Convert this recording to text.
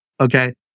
Okay